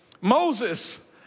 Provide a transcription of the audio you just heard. Moses